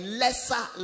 lesser